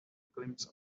glimpse